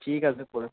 ঠিক আছে পরে